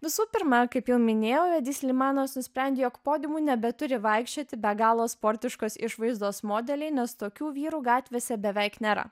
visų pirma kaip jau minėjau edi slimanas nusprendė jog podiumu nebeturi vaikščioti be galo sportiškos išvaizdos modeliai nes tokių vyrų gatvėse beveik nėra